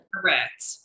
Correct